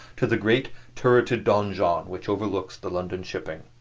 to the great turreted donjon which overlooks the london shipping.